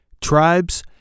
tribes